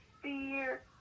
fear